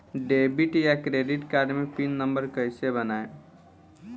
Debit या credit card मे pin number कैसे बनाएम?